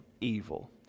evil